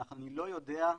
אני לא יודע,